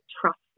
trust